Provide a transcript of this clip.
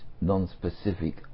non-specific